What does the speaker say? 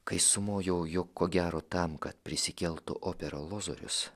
kai sumojau jog ko gero tam kad prisikeltų opera lozorius